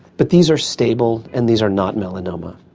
but these are stable and these are not melanoma.